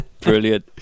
Brilliant